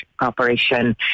operation